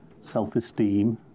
self-esteem